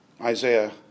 Isaiah